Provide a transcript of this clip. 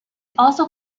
also